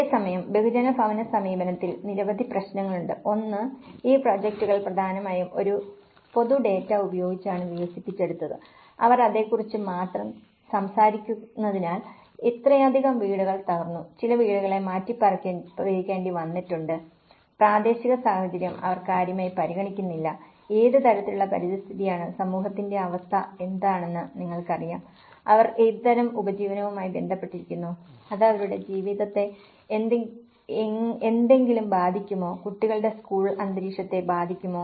അതേസമയം ബഹുജന ഭവന സമീപനത്തിൽ നിരവധി പ്രശ്നങ്ങളുണ്ട് ഒന്ന് ഈ പ്രോജക്റ്റുകൾ പ്രധാനമായും ഒരു പൊതു ഡാറ്റ ഉപയോഗിച്ചാണ് വികസിപ്പിച്ചെടുത്തത് അവർ അതെ കുറിച്ച് മാത്രം സംസാരിക്കുന്നതിനാൽ ഇത്രയധികം വീടുകൾ തകർന്നു ചില വീടുകളെ മാറ്റിപ്പാർപ്പിക്കേണ്ടി വന്നിട്ടുണ്ട് പ്രാദേശിക സാഹചര്യം അവർ കാര്യമായി പരിഗണിക്കുന്നില്ല ഏത് തരത്തിലുള്ള പരിസ്ഥിതിയാണ് സമൂഹത്തിന്റെ അവസ്ഥ എന്താണെന്ന് നിങ്ങൾക്കറിയാം അവർ ഏതുതരം ഉപജീവനവുമായി ബന്ധപ്പെട്ടിരിക്കുന്നു അത് അവരുടെ ജീവിതത്തെ എന്തെങ്കിലും ബാധിക്കുമോ കുട്ടികളുടെ സ്കൂൾ അന്തരീക്ഷത്തെ ബാധിക്കുമോ